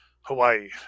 Hawaii